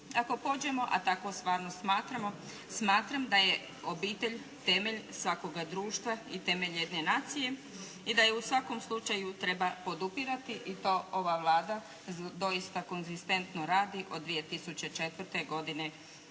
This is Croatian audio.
Ako pođemo a tako stvarno smatramo, smatram da je obitelj temelj svakoga društva i temelj jedne nacije i da je u svakom slučaju treba podupirati i to ova Vlada doista konzistentno radi od 2004. godine